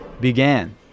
began